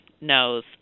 knows